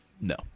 No